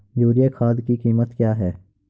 Urea खाद की कीमत क्या है?